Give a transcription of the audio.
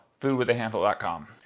foodwithahandle.com